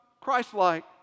Christ-like